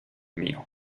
mío